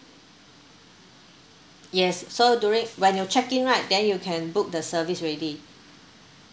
yes so during when you check in right then you can book the service already